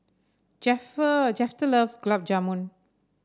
Shafter loves Gulab Jamun